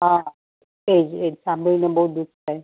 હાં એ જ એજ સાંભળીને બહુ દુ ખ થાય